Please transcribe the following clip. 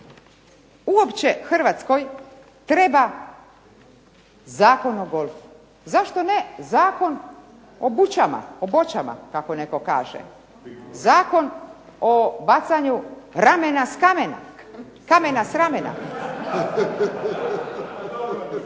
uopće Hrvatskoj treba Zakon o golfu? Zašto ne Zakon o bućama, o boćama kako netko kaže? Zakon o bacanju ramena s kamena, kamena s ramena?